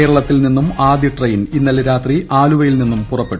കേരളത്തിൽ നിന്നും ആദ്യ ട്രെയിൻ ഇന്നലെ രാത്രി ്ആലു്വയിൽ നിന്നും പുറപ്പെട്ടു